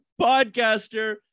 podcaster